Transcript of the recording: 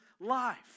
life